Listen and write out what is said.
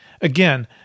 Again